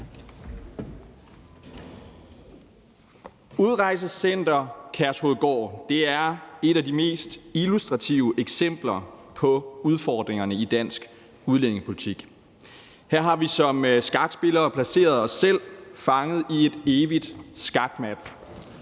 Udrejsecenter Kærshovedgård er et af de mest illustrative eksempler på udfordringerne i dansk udlændingepolitik. Her har vi som skakspillere placeret os selv fanget i et evigt skakmat